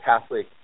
Catholic